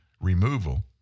removal